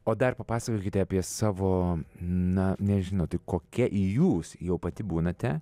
o dar papasakokite apie savo na nežinau tai kokia jūs jau pati būnate